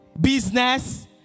Business